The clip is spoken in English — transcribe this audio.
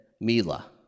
Mila